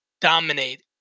dominate